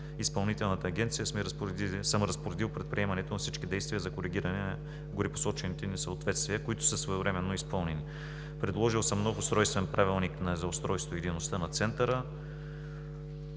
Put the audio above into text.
Изпълнителната агенция съм разпоредил предприемането на всички действия за коригиране на горепосочените несъответствия, които са своевременно изпълнени. Предложил съм нов устройствен правилник за устройството и дейността на Центъра.